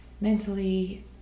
mentally